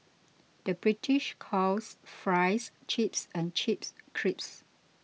the British calls Fries Chips and Chips Crisps